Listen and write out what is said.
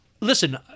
listen